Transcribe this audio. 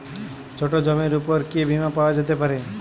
ছোট জমির উপর কি বীমা পাওয়া যেতে পারে?